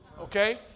okay